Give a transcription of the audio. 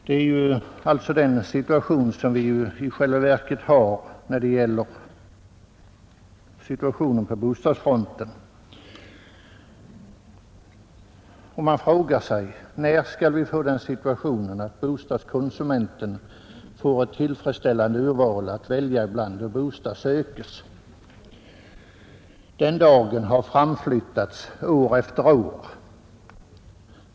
Det är alltså den situation som vi i själva verket har på bostadsfronten. Och man frågar sig: När skall vi få den situationen att bostadskonsumenten har ett tillfredsställande urval att välja bland då bostad sökes? Den dagen har framflyttats år efter år.